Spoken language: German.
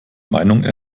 meinung